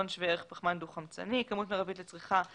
אני